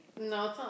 No